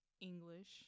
English